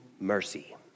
mercy